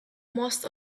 most